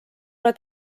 ole